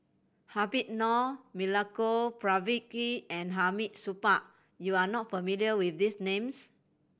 Habib Noh Milenko Prvacki and Hamid Supaat you are not familiar with these names